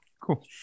Cool